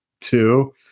two